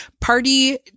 party